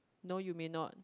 no you may not